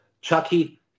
Chucky